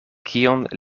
kion